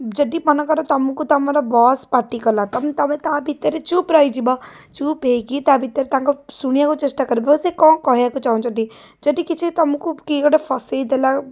ଯଦି ମନେକର ତୁମକୁ ତୁମର ବସ୍ ପାଟିକଲା ତୁମେ ତା' ଭିତରେ ଚୁପ୍ ରହିଯିବ ଚୁପ୍ ହେଇକି ତା' ଭିତରେ ତାଙ୍କ ଶୁଣିବାକୁ ଚେଷ୍ଟା କରିବ ସେ କ'ଣ କହିବାକୁ ଚାହୁଁଛନ୍ତି ଯଦି କିଛି ତୁମକୁ କିଏ ଗୋଟେ ଫସେଇଦେଲା